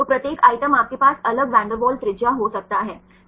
तो प्रत्येक आइटम आपके पास अलग वैन डेर वाल्स त्रिज्या हो सकता है